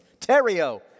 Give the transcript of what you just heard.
Terio